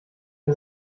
ihr